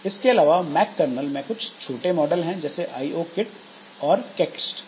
इसके अलावा Mac kernel में कुछ छोटे मॉडल हैं जैसे आईओ किट और केक्षट्स